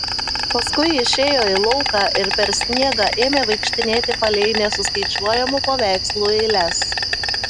paskui išėjo į lauką ir per sniegą ėmė vaikštinėti palei nesuskaičiuojamų paveikslų eiles